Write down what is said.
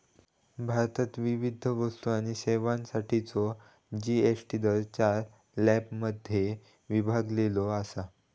भारतात विविध वस्तू आणि सेवांसाठीचो जी.एस.टी दर चार स्लॅबमध्ये विभागलेलो असा